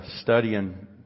studying